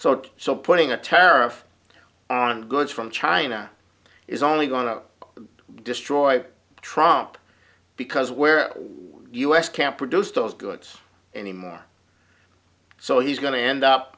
so so putting a tariff on goods from china is only going to destroy trump because where were us can't produce those goods anymore so he's going to end up